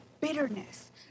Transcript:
bitterness